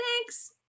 Thanks